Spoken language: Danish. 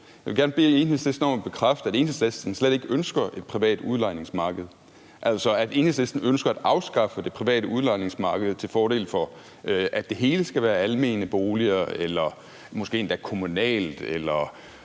jeg vil gerne bede Enhedslisten om at bekræfte, at Enhedslisten slet ikke ønsker et privat udlejningsmarked, altså at Enhedslisten ønsker at afskaffe det private udlejningsmarked til fordel for, at det hele skal være almene boliger eller måske endda være kommunalt, eller